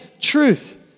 truth